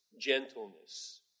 gentleness